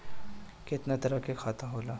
केतना तरह के खाता होला?